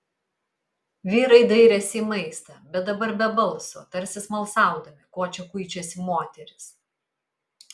vyrai dairėsi į maistą bet dabar be balso tarsi smalsaudami ko čia kuičiasi moterys